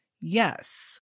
yes